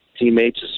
teammates